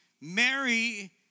Mary